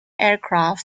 aircraft